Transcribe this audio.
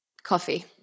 Coffee